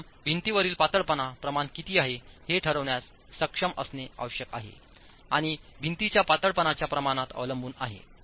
प्रथमभिंतीवरील पातळपणा प्रमाणकितीआहे हे ठरविण्याससक्षम असणे आवश्यकआहे आणि भिंतीच्यापातळपणाच्या प्रमाणात अवलंबून आहे